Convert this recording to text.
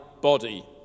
body